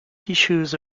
tissues